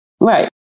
Right